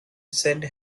said